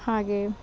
ಹಾಗೆ